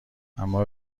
اما